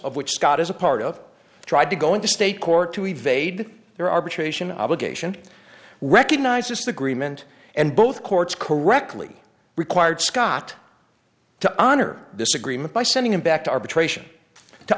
of which scott is a part of tried to go into state court to evade their arbitration obligation recognized this agreement and both courts correctly required scott to honor this agreement by sending him back to arbitration to